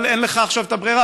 אבל אין לך עכשיו ברירה,